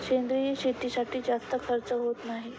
सेंद्रिय शेतीसाठी जास्त खर्च होत नाही